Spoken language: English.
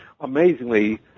amazingly